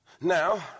Now